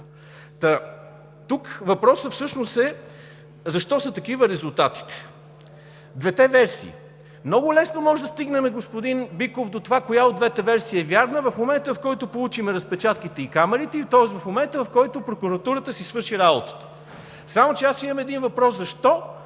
Тук въпросът всъщност е: защо са такива резултатите? Двете версии. Много лесно можем да стигнем, господин Биков, до това коя от двете версии е вярна в момента, в който получим разпечатките и камерите, в момента, в който прокуратурата си свърши работата, само че аз имам един въпрос: защо